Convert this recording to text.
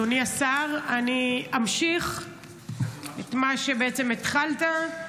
אדוני השר, אני אמשיך את מה שבעצם התחלת: